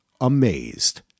amazed